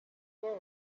cyera